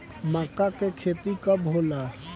माका के खेती कब होला?